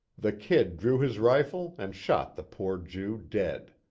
the kid drew his rifle and shot the poor jew dead.